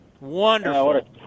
Wonderful